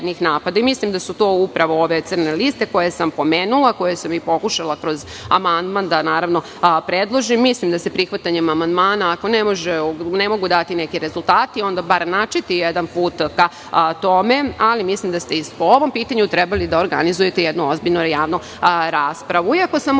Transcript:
napada. Mislim da su to upravo ove crne liste koje sam pomenula, koje sam pokušala kroz amandman da predložim. Mislim da se prihvatanjem amandmana, ako ne mogu dati neki rezultati, onda bar načeti jedan put ka tome. Mislim da ste po ovom pitanju trebali da organizujete jednu ozbiljnu javnu raspravu. Iako sam